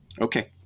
Okay